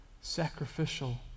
sacrificial